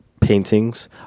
paintings